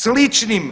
Sličnim